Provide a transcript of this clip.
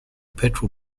petrol